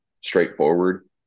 straightforward